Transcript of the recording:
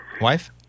Wife